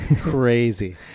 Crazy